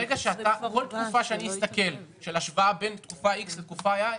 כל תקופה שאני אסתכל של השוואה בין תקופה איקס לתקופה ואי,